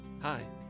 Hi